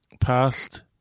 past